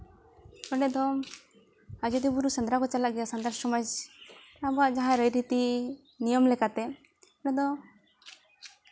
ᱚᱸᱰᱮ ᱫᱚ ᱟᱡᱳᱫᱤᱭᱟᱹ ᱵᱩᱨᱩ ᱥᱮᱸᱫᱽᱨᱟ ᱠᱚ ᱪᱟᱞᱟᱜ ᱜᱮᱭᱟ ᱥᱟᱱᱛᱟᱲ ᱥᱚᱢᱟᱡᱽ ᱟᱵᱚᱣᱟᱜ ᱡᱟᱦᱟᱸ ᱨᱟᱹᱭᱨᱤᱛᱤ ᱱᱤᱭᱚᱢ ᱞᱮᱠᱟᱛᱮ ᱚᱸᱰᱮ ᱫᱚ